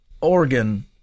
organ